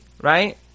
right